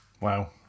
Wow